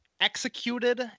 executed